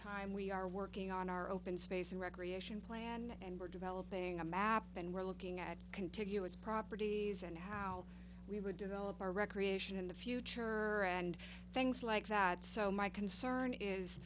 time we are working on our open space and recreation plan and we're developing a map and we're looking at contiguous properties and how we would develop our recreation in the future and things like that so my concern is